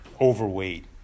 overweight